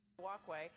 Walkway